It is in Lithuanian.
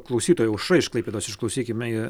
klausytoja aušra iš klaipėdos išklausykime